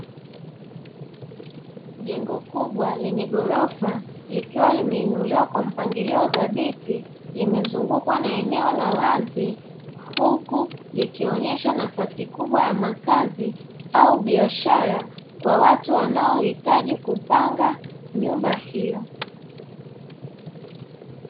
Jengo kubwa lenye ghorofa likiwa limeinuliwa kwa mpangilio thabiti limezungukwa na eneo la wazi huku likionyesha nafasi kubwa ya makazi au biashara kwa watu wanaohitaji kupanga nyumba hiyo.